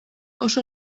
oso